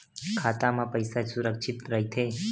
खाता मा पईसा सुरक्षित राइथे?